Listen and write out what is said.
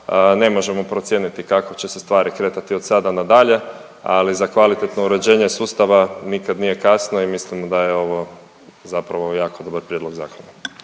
ne možemo procijeniti kako će se stvari kretati od sada na dalje, ali za kvalitetno uređenje sustava nikad nije kasno i mislimo da je ovo zapravo jako dobar prijedlog zakona.